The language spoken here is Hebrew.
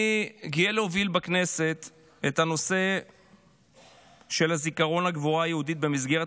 אני גאה להוביל בכנסת את הנושא של זיכרון הגבורה היהודית במסגרת